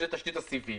שהיא תשתית הסיבים.